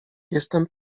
jestem